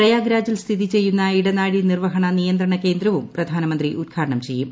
പ്രയാഗ് രാജിൽ സ്ഥിതിചെയ്യുന്ന ഇടനാഴി നിർവഹണ നിയന്ത്രണ കേന്ദ്രവും പ്രധാനമന്ത്രി ഉദ്ഘാടനം ചെയ്യും